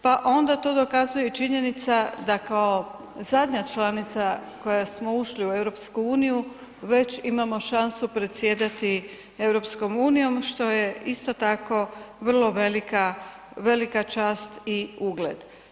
Pa onda to dokazuje i činjenica da kao zadnja članica koja smo ušli u EU već imamo šansu predsjedati EU što je isto tako vrlo velika, velika čast i ugled.